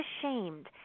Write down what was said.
ashamed